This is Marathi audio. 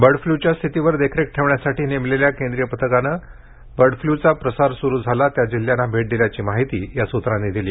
बर्ड फ्लूच्या स्थितीवर देखरेख ठेवण्यासाठी नेमलेल्या केंद्रीय पथकानं बर्ड फ्लूचा प्रसार सुरु झाला त्या जिल्ह्यांना भेट दिल्याची माहिती या सूत्रांनी दिली